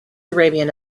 arabian